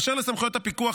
אשר לסמכויות הפיקוח,